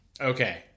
Okay